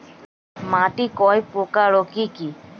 মাটি কয় প্রকার ও কি কি?